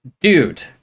dude